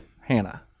Hannah